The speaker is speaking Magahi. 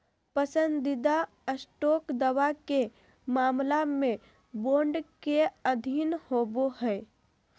पसंदीदा स्टॉक दावा के मामला में बॉन्ड के अधीन होबो हइ